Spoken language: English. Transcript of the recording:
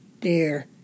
dear